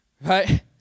right